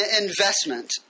investment